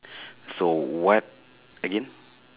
so what again